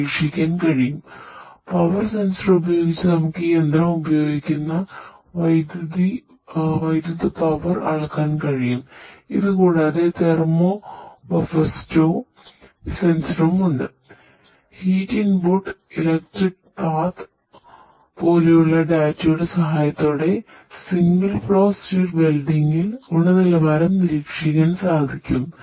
heat input ഗുണനിലവാരം നിരീക്ഷിക്കാൻ സാധിക്കും